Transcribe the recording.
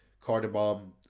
cardamom